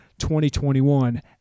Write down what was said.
2021